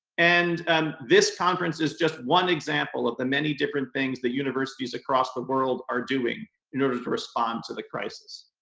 and and this conference is just one example of the many different things the universities across the world are doing in order to respond to the crisis.